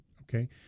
Okay